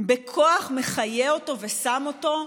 בכוח מחיה אותו ושם אותו,